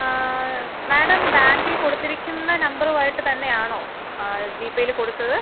madam ബാങ്കിൽ കൊടുത്തിരിക്കുന്ന നമ്പറും ആയിട്ട് തന്നെ ആണോ ജിപേയിൽ കൊടുത്തത്